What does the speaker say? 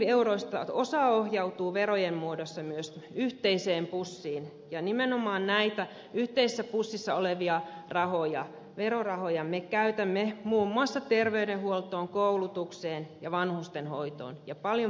vientieuroista osa ohjautuu verojen muodossa myös yhteiseen pussiin ja nimenomaan näitä yhteisessä pussissa olevia rahoja verorahoja me käytämme muun muassa terveydenhuoltoon koulutukseen ja vanhustenhoitoon ja paljon paljon moneen muuhun